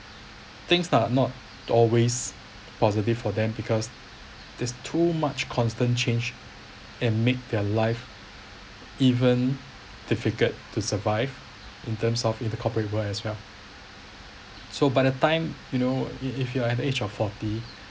things are not always positive for them because there's too much constant change and make their life even difficult to survive in terms of in the corporate world as well so by the time you know if you are at the age of forty